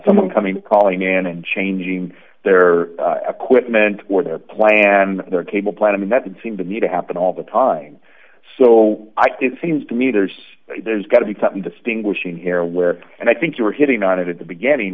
someone coming calling in and changing their equipment or their plan their cable plan i mean that seems to me to happen all the time so i think seems to me there's there's got to be something distinguishing here where i think you're hitting on it at the beginning